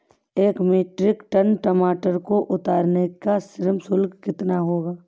एक metric tonne टमाटर को उतारने का श्रम शुल्क कितना होगा?